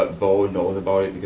but bo knows about it,